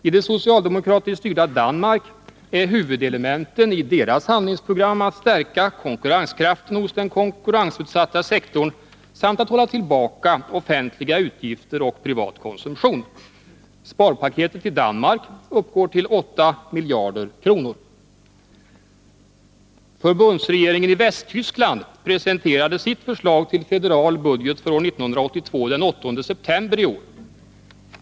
I det socialdemokratiskt styrda Danmark är huvudelementen i regeringens handlingsprogram att stärka konkurrenskraften hos den konkurrensutsatta sektorn samt att hålla tillbaka offentliga utgifter och privat konsumtion. Sparpaketet i Danmark uppgår till 8 miljarder kronor. Förbundsregeringen i Västtyskland presenterade sitt förslag till federal budget för år 1982 den 8 september i år.